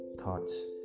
thoughts